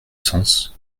sens